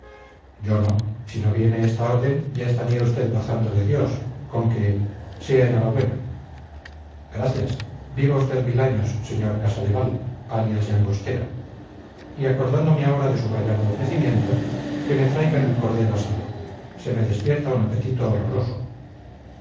yo no si no viene esta orden ya estaría usted gozando de dios con que sea enhorabuena gracias viva usted mil años sr casa de val alias llangostera y acordándome ahora de su gallardo ofrecimiento que me traigan el cordero asado se me despierta un apetito horroroso